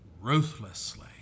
ruthlessly